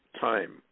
time